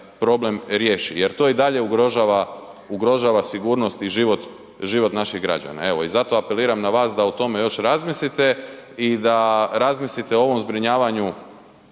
problem riješi jer to i dalje ugrožava sigurnost i život naših građana. Evo i zato apeliram na vas da o tome još razmislite i da razmislite o ovom zbrinjavanju